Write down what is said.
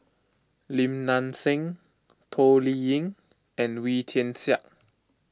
Lim Nang Seng Toh Liying and Wee Tian Siak